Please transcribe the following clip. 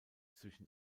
zwischen